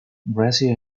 grassy